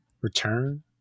Return